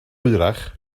hwyrach